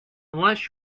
unless